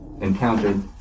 encountered